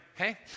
okay